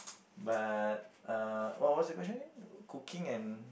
but uh what was the question again cooking and